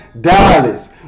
Dallas